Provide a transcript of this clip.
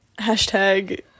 hashtag